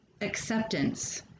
acceptance